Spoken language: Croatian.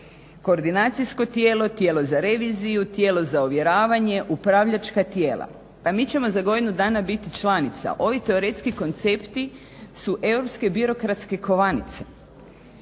koordinacijsko tijelo, tijelo za reviziju, tijelo za ovjeravanje, upravljačka tijela. Pa mi ćemo za godinu dana biti članica. Ovi teoretski koncepti su europske i birokratske kovanice.